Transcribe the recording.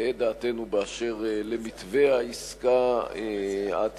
תהא דעתנו אשר תהא באשר למתווה העסקה העתידית,